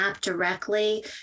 directly